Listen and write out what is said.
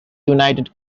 united